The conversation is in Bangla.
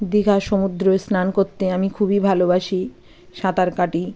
দীঘার সমুদ্রে স্নান করতে আমি খুবই ভালোবাসি সাঁতার কাটি